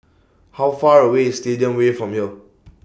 How Far away IS Stadium Way from here